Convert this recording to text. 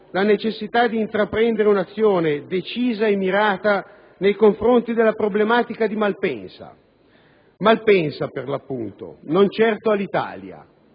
la necessità di intraprendere un'azione decisa e mirata nei confronti della problematica di Malpensa. Malpensa, per l'appunto, non certo Alitalia,